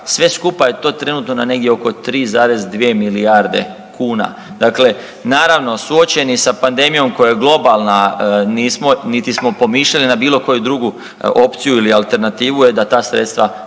sve skupa je to trenutno na negdje oko 3,2 milijarde kuna. Dakle naravno suočeni sa pandemijom koja je globalna, nismo, niti smo pomišljali na bilo koju drugu opciju ili alternativu je da ta sredstva